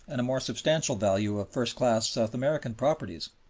and a more substantial value of first-class south american properties.